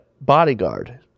bodyguard